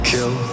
Kill